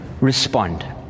respond